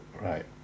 right